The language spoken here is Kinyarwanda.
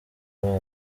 bibero